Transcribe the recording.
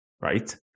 right